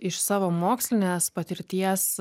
iš savo mokslinės patirties